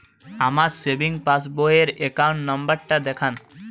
আমার সেভিংস পাসবই র অ্যাকাউন্ট নাম্বার টা দেখান?